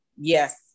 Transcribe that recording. yes